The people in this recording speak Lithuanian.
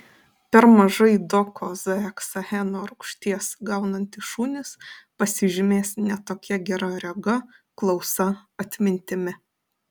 per mažai dokozaheksaeno rūgšties gaunantys šunys pasižymės ne tokia gera rega klausa atmintimi